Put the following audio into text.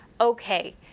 okay